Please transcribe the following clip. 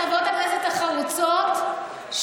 חברת הכנסת ברקו היא אחת מחברות הכנסת החרוצות,